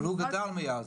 אבל הוא גדל מאז.